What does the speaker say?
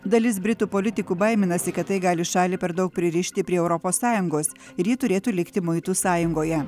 dalis britų politikų baiminasi kad tai gali šalį per daug pririšti prie europos sąjungos ir ji turėtų likti muitų sąjungoje